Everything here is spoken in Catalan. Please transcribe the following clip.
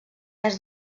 est